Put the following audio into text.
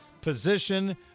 position